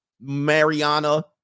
Mariana